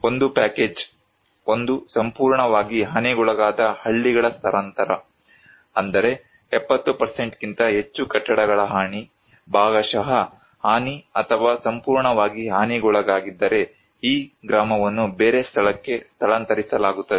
ಒಂದು ಪ್ಯಾಕೇಜ್ ಒಂದು ಸಂಪೂರ್ಣವಾಗಿ ಹಾನಿಗೊಳಗಾದ ಹಳ್ಳಿಗಳ ಸ್ಥಳಾಂತರ ಅಂದರೆ 70 ಕ್ಕಿಂತ ಹೆಚ್ಚು ಕಟ್ಟಡಗಳ ಹಾನಿ ಭಾಗಶಃ ಹಾನಿ ಅಥವಾ ಸಂಪೂರ್ಣವಾಗಿ ಹಾನಿಗೊಳಗಾಗಿದ್ದರೆ ಈ ಗ್ರಾಮವನ್ನು ಬೇರೆ ಸ್ಥಳಕ್ಕೆ ಸ್ಥಳಾಂತರಿಸಲಾಗುತ್ತದೆ